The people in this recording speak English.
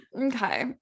okay